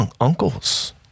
uncles